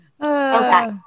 Okay